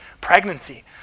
pregnancy